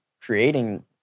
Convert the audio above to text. creating